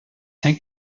hängt